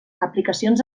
aplicacions